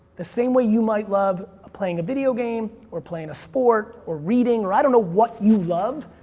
the same way you might love playing a video game, or playing a sport, or reading, or i don't know what you love,